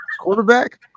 quarterback